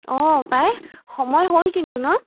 অঁ পাই সময় হ'ল কিন্তু ন